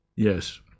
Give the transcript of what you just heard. Yes